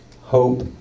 hope